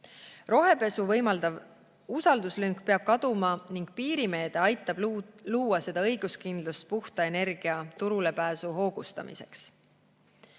Rohepesu võimaldav usalduslünk peab kaduma ning piirimeede aitab luua seda õiguskindlust puhta energia turule pääsu hoogustamiseks.